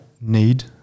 need